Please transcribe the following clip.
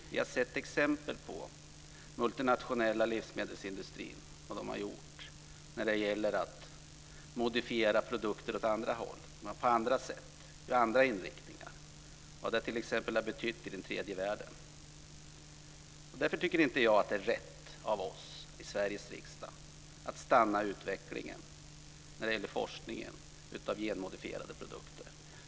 Vi har sett exempel på vad den multinationella livsmedelsindustrin har gjort för att modifiera produkter åt andra håll, på andra sätt och med andra inriktningar och vad det t.ex. har betytt i tredje världen. Därför tycker inte jag att det är rätt av oss i Sveriges riksdag att stanna utvecklingen av forskningen om genmodifierade produkter.